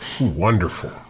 Wonderful